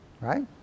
Right